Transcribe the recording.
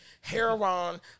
heroin